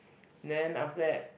then after that